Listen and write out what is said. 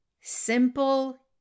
simple